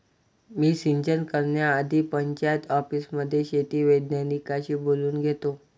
मी सिंचन करण्याआधी पंचायत ऑफिसमध्ये शेती वैज्ञानिकांशी बोलून घेतो